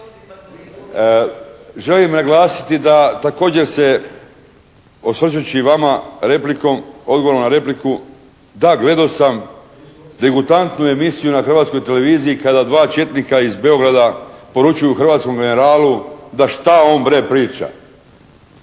Želim naglasiti da također se osvrćući vama replikom, odgovorom na repliku, da gledao sam degutantnu emisiju na Hrvatskoj televiziji kada dva četnika iz Beograda poručuju hrvatskom generalu da šta on bre priča.